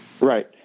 Right